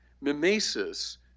mimesis